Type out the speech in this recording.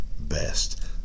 best